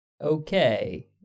okay